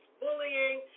bullying